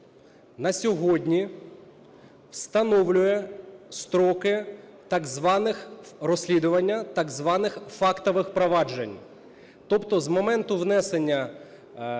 на сьогодні встановлює строки так званих розслідувань так званих фактових проваджень. Тобто з моменту внесення